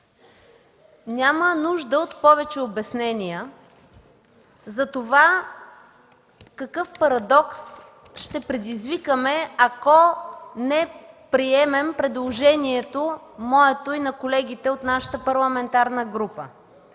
няма нужда от повече обяснения за това какъв парадокс ще предизвикаме, ако не приемем моето и на колегите от нашата парламентарна група